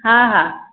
हा हा